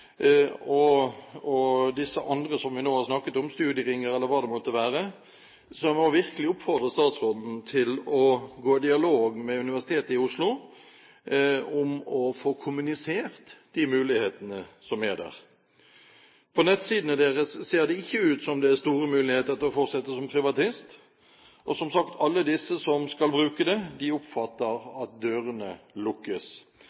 studentene og disse andre som vi nå har snakket om, studieringer eller hva det måtte være. Så jeg må virkelig oppfordre statsråden til å gå i dialog med Universitetet i Oslo om å få kommunisert de mulighetene som er der. På nettsidene deres ser det ikke ut som om det er store muligheter til å fortsette som privatist, og som sagt, alle disse som skal bruke det, oppfatter at dørene lukkes.